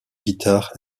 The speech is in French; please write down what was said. guitares